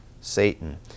Satan